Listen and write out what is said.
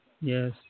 Yes